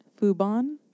Fubon